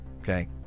Okay